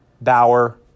Bauer